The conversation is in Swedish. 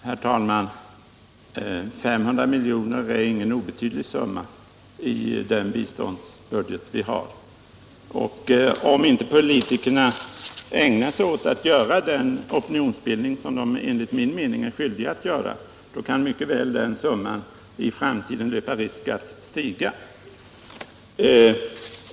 Herr talman! 500 miljoner är ingen obetydlig summa i den biståndsbudget vi har, och om inte politikerna bedriver den opinionsbildning” som de enligt min mening är skyldiga att bedriva finns det risk för att summan i framtiden stiger.